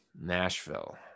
Nashville